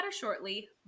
shortly